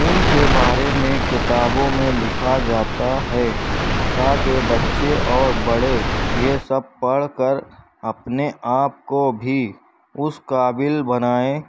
ان کے بارے میں کتابوں میں لکھا جاتا ہے تاکہ بچے اور بڑے یہ سب پڑھ کر اپنے آپ کو بھی اس قابل بنائیں